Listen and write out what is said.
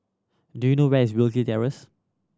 do you know where is Rosy Terrace